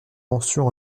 mentions